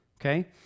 okay